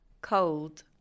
Cold